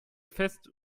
fest